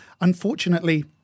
Unfortunately